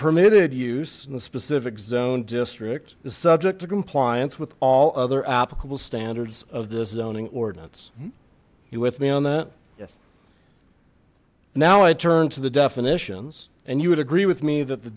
permitted use in a specific zone district is subject to compliance with all other applicable standards of this zoning ordinance mmm you with me on that yes now i turn to the definitions and you would agree with me that the